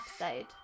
episode